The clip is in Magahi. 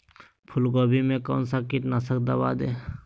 फूलगोभी में कौन सा कीटनाशक दवा दे?